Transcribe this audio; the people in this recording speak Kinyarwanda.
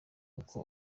uko